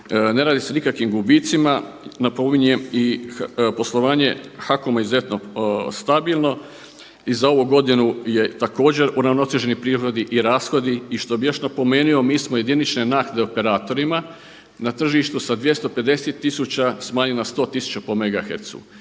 Ne radi se o nikakvim gubitcima napominjem i poslovanje HAKOM-a je izuzetno stabilno i za ovu godinu je također uravnoteženi prihodi i rashodi. I što bih još napomenuo, mi smo jedinične naknade operatorima na tržištu sa 250 tisuća smanjili na 100 tisuća